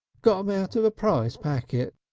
got em out of a prize packet.